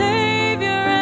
Savior